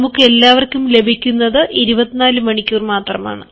നമുക്കെല്ലാവർക്കും ലഭിക്കുന്നത് 24 മണിക്കൂർ മാത്രമാണ്